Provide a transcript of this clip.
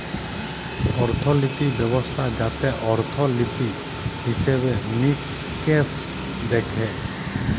অর্থলিতি ব্যবস্থা যাতে অর্থলিতি, হিসেবে মিকেশ দ্যাখে